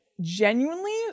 genuinely